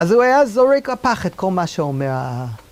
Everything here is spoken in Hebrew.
אז הוא היה זורק לפח, את כל מה שאומר ה...